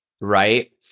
right